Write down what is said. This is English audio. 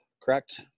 correct